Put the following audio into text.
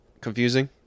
confusing